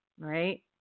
right